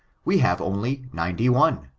we have only ninety one.